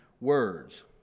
words